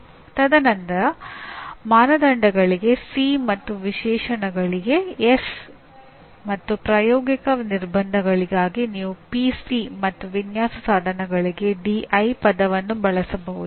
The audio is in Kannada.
ತದನಂತರ ಮಾನದಂಡಗಳಿಗೆ ಸಿ Criteria ಮತ್ತು ವಿಶೇಷಣಗಳಿಗೆ ಎಸ್ Specifications ಮತ್ತು ಪ್ರಾಯೋಗಿಕ ನಿರ್ಬಂಧಗಳಿಗಾಗಿ ನೀವು ಪಿಸಿ PC ಮತ್ತು ವಿನ್ಯಾಸ ಸಾಧನಗಳಿಗೆ ಡಿಐ ಪದವನ್ನು ಬಳಸಬಹುದು